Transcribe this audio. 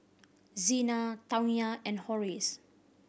Zina Tawnya and Horace